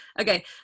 Okay